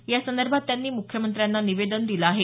यासंदर्भात त्यांनी मुख्यमंत्र्यांना निवेदन दिलं आहे